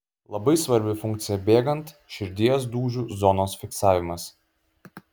labai svarbi funkcija bėgant širdies dūžių zonos fiksavimas